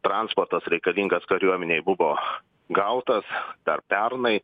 transportas reikalingas kariuomenei buvo gautas dar pernai